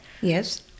Yes